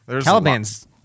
Caliban's